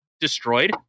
destroyed